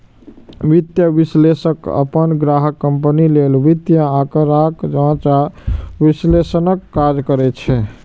वित्तीय विश्लेषक अपन ग्राहक कंपनी लेल वित्तीय आंकड़ाक जांच आ विश्लेषणक काज करै छै